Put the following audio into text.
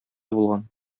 булган